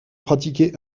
pratiqué